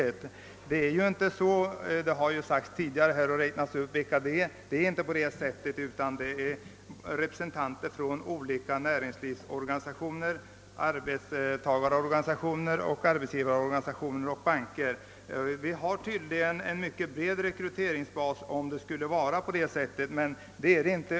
Det förhåller sig inte så. Man har tidigare räknat upp vilka de är: representanter för olika näringslivsorganisationer, arbetstagarorganisationer, arbetsgivarorganisationer och banker. Rekryteringsbasen är tydligen mycket bred om det är så som herr Berglund säger, men det är det inte.